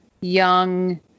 young